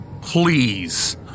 please